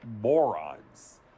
morons